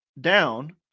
down